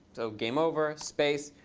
so game over, space.